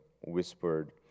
whispered